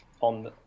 on